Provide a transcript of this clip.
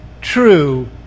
true